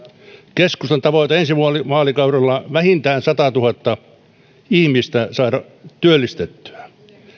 keskustan tavoite on ensi vaalikaudella vähintään satatuhatta ihmistä saada työllistettyä